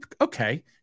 Okay